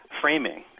framing